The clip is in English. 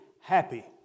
happy